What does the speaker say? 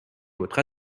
votre